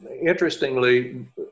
interestingly